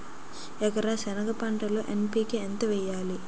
ఎకర సెనగ పంటలో ఎన్.పి.కె ఎంత వేయాలి?